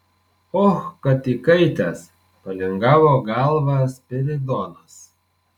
och kad įkaitęs palingavo galvą spiridonas